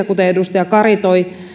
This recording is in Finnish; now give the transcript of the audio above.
kuten edustaja kari toi